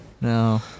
No